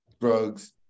drugs